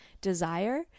desire